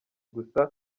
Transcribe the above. gusa